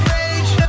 Rage